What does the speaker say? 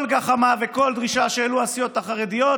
כל גחמה וכל דרישה שהעלו הסיעות החרדיות